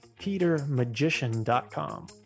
petermagician.com